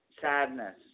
Sadness